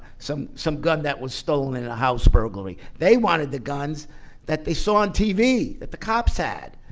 some some gun that was stolen in a house burglary. they wanted the guns that they saw on tv, that the cops had,